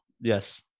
yes